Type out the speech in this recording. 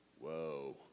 Whoa